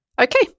Okay